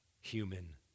human